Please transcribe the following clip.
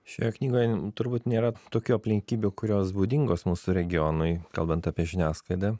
šioje knygoj turbūt nėra tokių aplinkybių kurios būdingos mūsų regionui kalbant apie žiniasklaidą